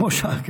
כמו השאר.